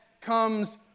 comes